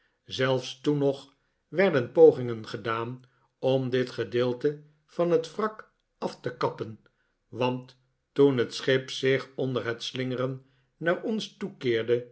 zelfs toen nog werden pogingen gedaan om dit gedeelte van het wrak af te kappen want toen het schip zich onder het slingeren naar ons toekeerde